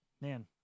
man